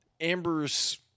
Amber's